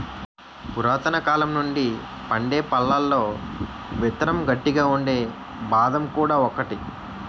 పురాతనకాలం నుండి పండే పళ్లలో విత్తనం గట్టిగా ఉండే బాదం కూడా ఒకటి